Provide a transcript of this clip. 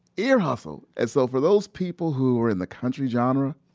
ear hustle! and so for those people who were in the country genre,